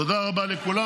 תודה רבה לכולם.